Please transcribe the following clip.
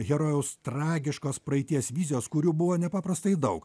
herojaus tragiškos praeities vizijos kuriu buvo nepaprastai daug